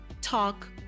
Talk